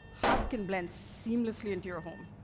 hub can blend seamlessly into your home.